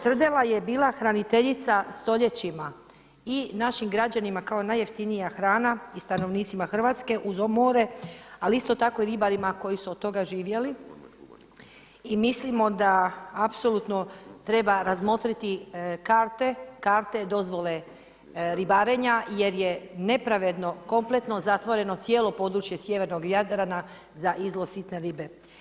Srdela je bila hraniteljica stoljećima i našim građanima kao najjeftinija hrana i stanovnicima Hrvatske uz more, ali isto tako ribarima koji su od toga koji su od toga živjeli, i mislimo da apsolutno treba razmotriti karte, karte, dozvole ribarenja jer je nepravedno kompletno zatvoreno cijelo područje sjevernog Jadrana za izlov sitne ribe.